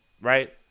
right